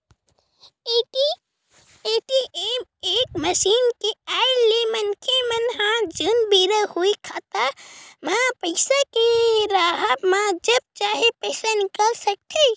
ATM machine के आय ले मनखे मन ह जउन बेरा होय खाता म पइसा के राहब म जब चाहे पइसा निकाल सकथे